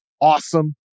awesome